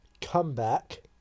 comeback